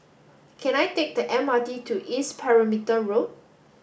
can I take the M R T to East Perimeter Road